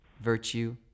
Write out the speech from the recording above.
virtue